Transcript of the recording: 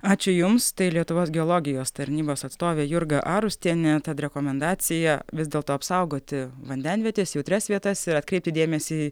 ačiū jums tai lietuvos geologijos tarnybos atstovė jurga arustienė tad rekomendacija vis dėlto apsaugoti vandenvietės jautrias vietas ir atkreipti dėmesį